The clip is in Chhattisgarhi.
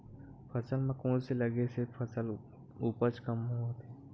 फसल म कोन से लगे से फसल उपज कम होथे?